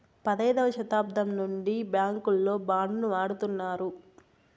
పదైదవ శతాబ్దం నుండి బ్యాంకుల్లో బాండ్ ను వాడుతున్నారు